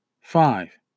five